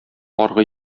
аргы